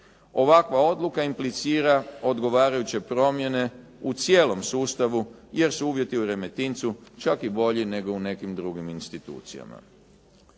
Ovakva odluka implicira odgovarajuće promjene u cijelom sustavu jer su uvjeti u Remetincu čak i bolji nego u nekim drugim institucijama.